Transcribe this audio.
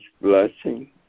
blessing